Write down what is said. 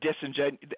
disingenuous –